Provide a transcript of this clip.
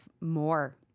more